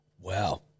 Wow